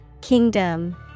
Kingdom